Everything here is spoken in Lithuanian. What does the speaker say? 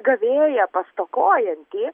gavėją pas stokojantį